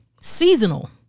seasonal